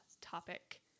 topic